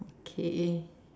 okay